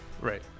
right